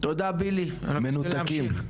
תודה, בילי אני רוצה להמשיך.